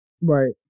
Right